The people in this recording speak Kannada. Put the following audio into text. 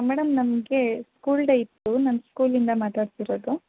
ಮೇಡಮ್ ನಮಗೆ ಸ್ಕೂಲ್ ಡೇ ಇತ್ತು ನಾನು ಸ್ಕೂಲಿಂದ ಮಾತಾಡ್ತಿರೋದು